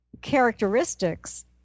characteristics